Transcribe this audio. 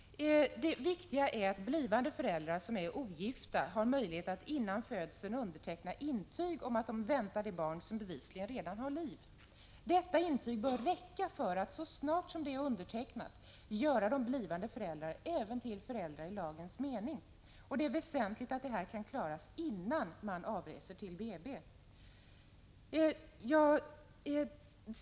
Det viktiga är att blivande föräldrar som är ogifta har möjlighet att före födseln underteckna ett intyg om att de väntar det barn som bevisligen redan har liv. Detta intyg bör så snart det är undertecknat räcka för att göra de blivande föräldrarna även till föräldrar i lagens mening. Det är väsentligt att detta kan bli klart före avresan till BB.